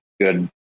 good